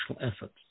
efforts